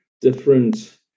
different